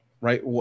right